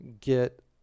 get